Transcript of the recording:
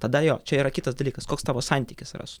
tada jo čia yra kitas dalykas koks tavo santykis yra su